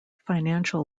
financial